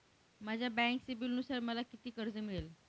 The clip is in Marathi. माझ्या बँक सिबिलनुसार मला किती कर्ज मिळेल?